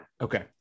Okay